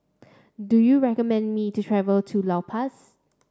do you recommend me to travel to La Paz